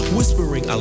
Whispering